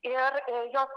ir jog